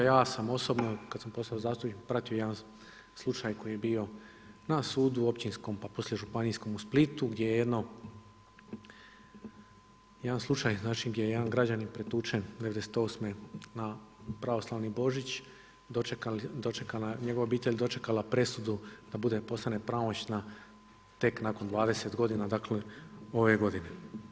Ja sam osobno kad sam postao zastupnik pratio jedan slučaj koji je bio na sudu općinskom, pa poslije županijskom u Splitu gdje je jedan slučaj, znači gdje je jedan građanin pretučen '98. na pravoslavni Božić, njegova obitelj je dočekala presudu da postane pravomoćna tek nakon 20 godina, dakle, ove godine.